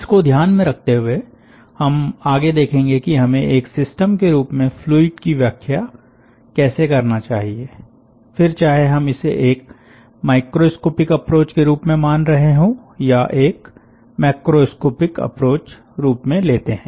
इसको ध्यान में रखते हुए हम आगे देखेंगे कि हमें एक सिस्टम के रूप में फ्लूइड की व्याख्या कैसे करना चाहिए फिर चाहे हम इसे एक माइक्रोस्कोपिक अप्रोच के रूप में मान रहे हों या एक मैक्रोस्कोपिक अप्रोच रूप में लेते है